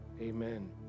Amen